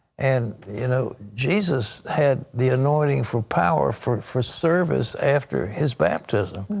and you know jesus had the anointing for power for for service after his baptism.